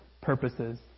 purposes